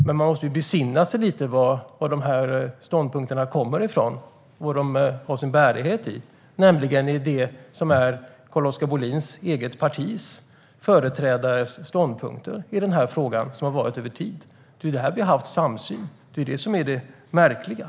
Men man måste ju besinna sig lite och beakta vad de här ståndpunkterna kommer från och vad de har sin bärighet i, nämligen de ståndpunkter som Carl-Oskar Bohlins eget partis företrädare haft i den här frågan över tid. Vi har haft en samsyn. Det är här det blir märkligt.